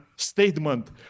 Statement